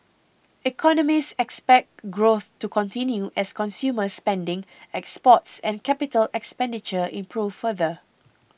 economists expect growth to continue as consumer spending exports and capital expenditure improve further